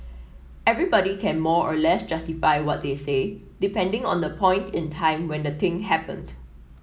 everybody can more or less justify what they say depending on the point in time when the thing happened